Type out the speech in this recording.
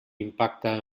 impacte